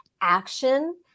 action